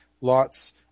Lot's